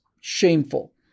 shameful